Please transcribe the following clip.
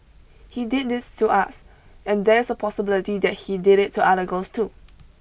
he did this to us and there is a possibility that he did it to other girls too